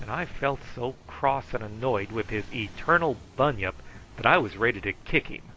and i felt so cross and annoyed with his eternal bunyip that i was ready to kick him